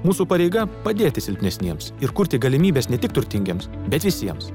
mūsų pareiga padėti silpnesniems ir kurti galimybes ne tik turtingiems bet visiems